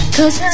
Cause